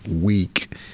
week